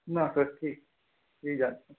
ना सर ठीक यही जानना था